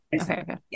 okay